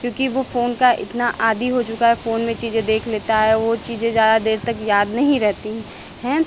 क्योंकि वो फ़ोन का इतना आदी हो चुका है फ़ोन में चीज़ें देख लेता है वो चीज़ें ज़्यादा देर तक याद नहीं रहती हैं